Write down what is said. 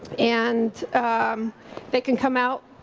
and they can come out,